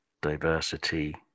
diversity